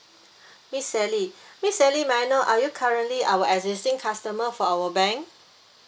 miss sally miss sally may I know are you currently our existing customer for our bank